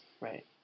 Right